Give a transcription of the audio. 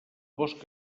bosc